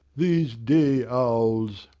these day owls.